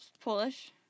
Polish